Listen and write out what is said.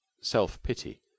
Self-pity